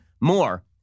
more